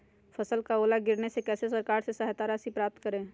फसल का ओला गिरने से कैसे सरकार से सहायता राशि प्राप्त करें?